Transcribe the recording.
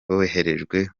boherejwe